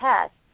tests